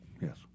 yes